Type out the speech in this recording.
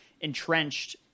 entrenched